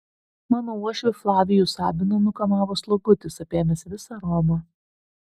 mano uošvį flavijų sabiną nukamavo slogutis apėmęs visą romą